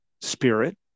spirit